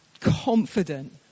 confident